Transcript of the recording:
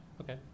Okay